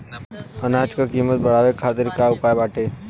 अनाज क कीमत बढ़ावे खातिर का उपाय बाटे?